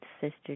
sister